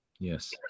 Yes